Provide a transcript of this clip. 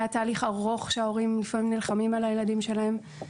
היה תהליך ארוך שההורים לפעמים נלחמים על הילדים שלהם,